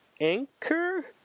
Anchor